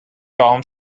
tom